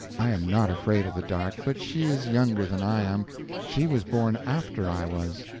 i am not afraid of the dark, but she is younger than i am she was born after i was.